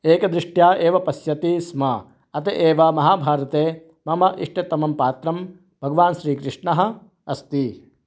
एकदृष्ट्या एव पश्यति स्म अत एव महाभारते मम इष्टतमं पात्रं भगवान् श्रीकृष्णः अस्ति